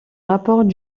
rapports